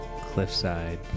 cliffside